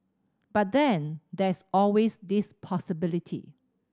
but then there's always this possibility